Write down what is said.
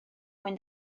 mwy